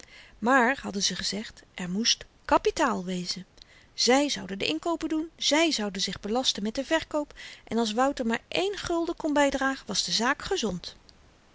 maar hadden ze gezegd er moest kapitaal wezen zy zouden de inkoopen doen zy zouden zich belasten met den verkoop en als wouter maar één gulden kon bydragen was de zaak gezond